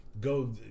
Go